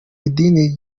idini